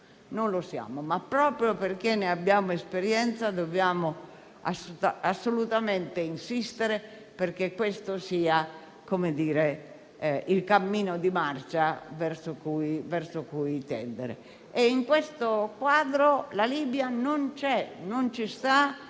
non lo siamo; tuttavia, proprio perché ne abbiamo esperienza, dobbiamo assolutamente insistere perché questo sia il cammino di marcia verso cui tendere. In questo quadro la Libia non c'è, non ci sta